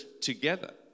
together